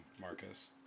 Marcus